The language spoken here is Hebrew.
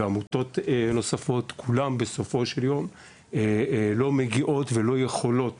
ועמותות נוספות כולם בסופו של יום לא מגיעות ולא יכולות